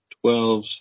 twelve